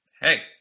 hey